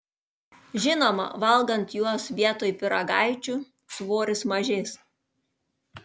žinoma valgant juos vietoj pyragaičių svoris mažės